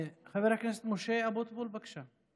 חבר הכנסת משה אבוטבול, בבקשה.